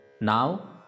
Now